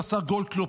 השר גולדקנופ,